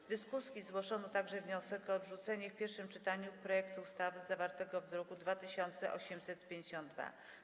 W dyskusji zgłoszono także wniosek o odrzucenie w pierwszym czytaniu projektu ustawy zawartego w druku nr 2852.